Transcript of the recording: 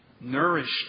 nourished